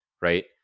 right